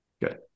Good